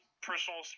personal